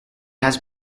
has